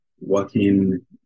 working